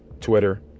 Twitter